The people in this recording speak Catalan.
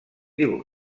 dibuix